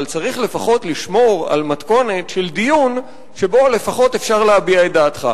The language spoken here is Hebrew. אבל צריך לפחות לשמור על מתכונת של דיון שבו לפחות אפשר להביע את דעתך.